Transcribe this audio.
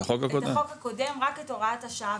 את החוק הקודם, רק את הוראת השעה.